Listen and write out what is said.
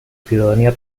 ciudadanía